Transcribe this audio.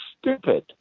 Stupid